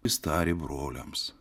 jis tarė broliams